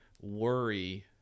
worry